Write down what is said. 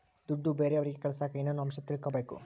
ದುಡ್ಡು ಬೇರೆಯವರಿಗೆ ಕಳಸಾಕ ಏನೇನು ಅಂಶ ತಿಳಕಬೇಕು?